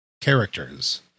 characters